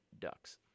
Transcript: Ducks